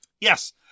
yes